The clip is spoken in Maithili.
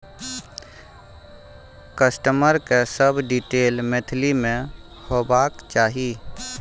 कस्टमर के सब डिटेल मैथिली में होबाक चाही